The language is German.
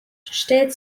stellt